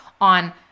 on